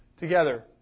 together